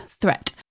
threat